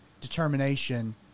determination